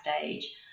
stage